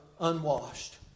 unwashed